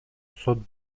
сот